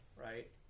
right